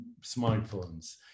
smartphones